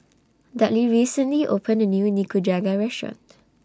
Dudley recently opened A New Nikujaga Restaurant